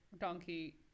donkey